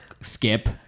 skip